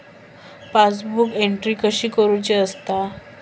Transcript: Passbook entry कशी करुची असता?